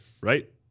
right